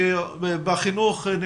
בחינוך הרגיל,